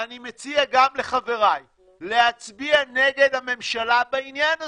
ואני מציע גם לחבריי להצביע נגד הממשלה בעניין הזה,